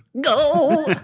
Go